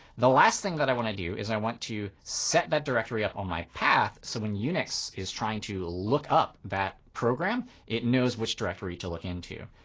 the last thing that i want to do is i want to set that directory up on my path so when unix is trying to look up that program, it knows which directory to look into.